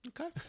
Okay